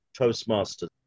Toastmasters